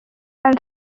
and